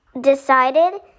decided